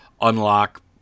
unlock